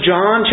John